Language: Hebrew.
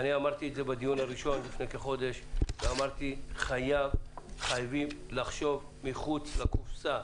אמרתי את זה בדיוק הראשון לפני כחודש חייבים לחשוב מחוץ לקופסה.